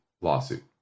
lawsuit